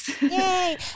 Yay